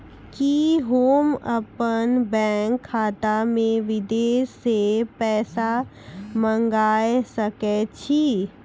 कि होम अपन बैंक खाता मे विदेश से पैसा मंगाय सकै छी?